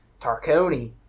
Tarconi